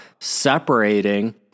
separating